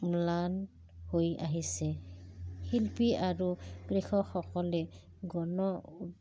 ম্লান হৈ আহিছে শিল্পী আৰু কৃষকসকলে গণ